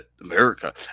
America